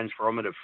transformative